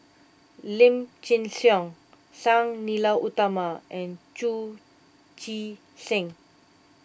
Lim Chin Siong Sang Nila Utama and Chu Chee Seng